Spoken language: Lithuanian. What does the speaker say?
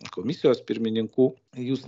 komisijos pirmininkų jūs